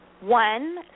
One